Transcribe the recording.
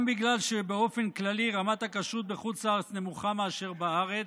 גם בגלל שבאופן כללי רמת הכשרות בחוץ לארץ נמוכה מאשר בארץ,